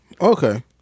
Okay